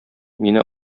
мине